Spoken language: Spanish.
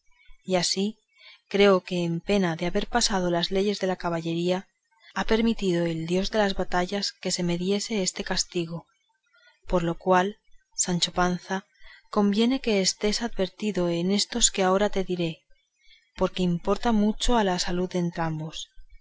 y así creo que en pena de haber pasado las leyes de la caballería ha permitido el dios de las batallas que se me diese este castigo por lo cual sancho panza conviene que estés advertido en esto que ahora te diré porque importa mucho a la salud de